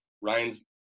Ryan's